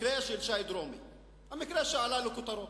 המקרה של שי דרומי שעלה לכותרות.